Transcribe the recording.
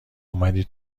اومدی